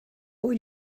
would